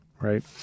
right